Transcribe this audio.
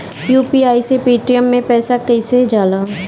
UPI से Paytm मे पैसा कइसे जाला?